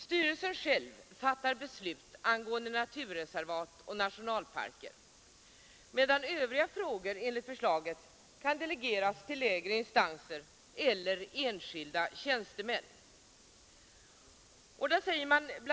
Styrelsen själv fattar beslut angående naturreservat och nationalparker, medan övriga frågor kan delegeras till lägre instanser eller enskilda tjänstemän.